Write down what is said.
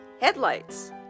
headlights